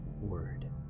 word